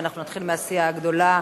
ואנחנו נתחיל מהסיעה הגדולה